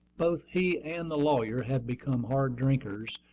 both he and the lawyer had become hard drinkers,